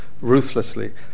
ruthlessly